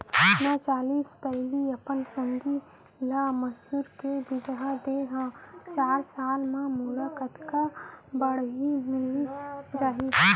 मैं चालीस पैली अपन संगी ल मसूर के बीजहा दे हव चार साल म मोला कतका बाड़ही मिलिस जाही?